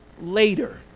later